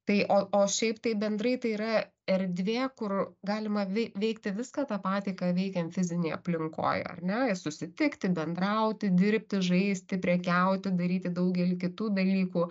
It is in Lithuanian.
tai o o šiaip tai bendrai tai yra erdvė kur galima veik veikti viską tą patį ką veikiam fizinėj aplinkoj ar ne susitikti bendrauti dirbti žaisti prekiauti daryti daugelį kitų dalykų